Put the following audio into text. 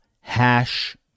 hash